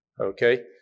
Okay